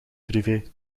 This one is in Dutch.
privé